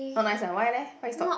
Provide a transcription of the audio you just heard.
not nice ah why leh why you stop